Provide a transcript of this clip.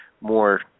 more